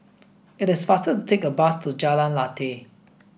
it is faster to take a bus to Jalan Lateh